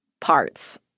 parts